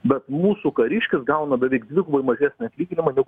bet mūsų kariškis gauna beveik dvigubai mažesnį atlyginimą dėl ko